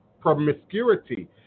promiscuity